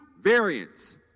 variants